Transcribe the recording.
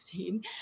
15